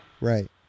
right